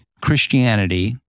Christianity